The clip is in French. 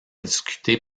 discuté